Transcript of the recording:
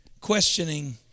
questioning